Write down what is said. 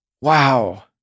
wow